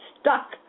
stuck